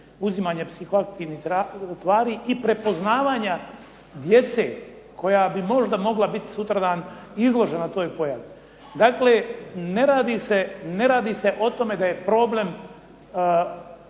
uzimanja psihoaktivnih tvari i prepoznavanja djece koja bi možda mogla biti sutradan izložena toj pojavi. Dakle, ne radi se o tome da je problem